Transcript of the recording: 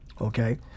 Okay